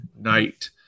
night